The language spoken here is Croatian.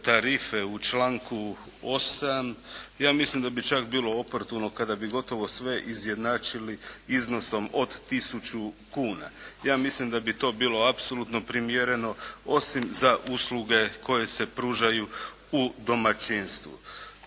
u članku 8. ja mislim da bi čak bilo oportuno kada bi gotovo sve izjednačili iznosom od tisuću kuna. Ja mislim da bi to bilo apsolutno primjereno osim za usluge koje se pružaju u domaćinstvu.